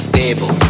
table